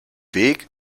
weg